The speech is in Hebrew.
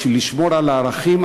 בשביל לשמור על הערכים,